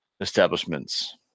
establishments